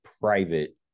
private